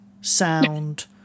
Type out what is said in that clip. sound